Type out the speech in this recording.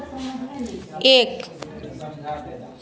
एक